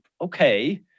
okay